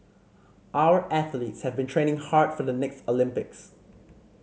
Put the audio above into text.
our athletes have been training hard for the next Olympics